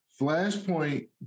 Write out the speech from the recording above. Flashpoint